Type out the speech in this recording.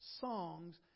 songs